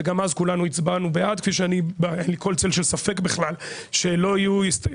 וגם אז כולנו הצבענו בעד כפי שאני אין לי כל צל של ספק בכלל שלא יהיו,